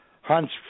Hans